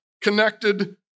connected